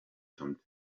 some